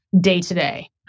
day-to-day